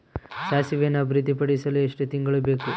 ಸಾಸಿವೆಯನ್ನು ಅಭಿವೃದ್ಧಿಪಡಿಸಲು ಎಷ್ಟು ತಿಂಗಳು ಬೇಕು?